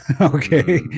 Okay